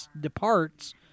departs